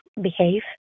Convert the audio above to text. behave